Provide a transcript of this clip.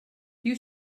you